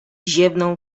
ziewnął